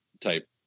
type